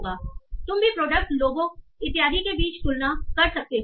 तुम भी प्रोडक्ट लोगों इत्यादि के बीच तुलना कर सकते हो